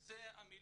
כי אלה המילים